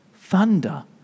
thunder